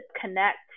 connect